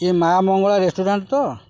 ଏ ମା' ମଙ୍ଗଳା ରେଷ୍ଟୁରାଣ୍ଟ ତ